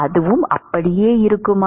அதுவும் அப்படியே இருக்குமா